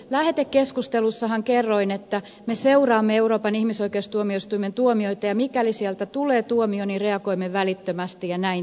lähetekeskustelussahan kerroin että me seuraamme euroopan ihmisoikeustuomioistuimen tuomioita ja mikäli sieltä tulee tuomio niin reagoimme välittömästi ja näin teimme